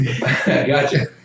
Gotcha